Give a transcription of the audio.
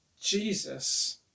Jesus